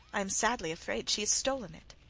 i am sadly afraid she has stolen it